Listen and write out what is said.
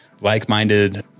like-minded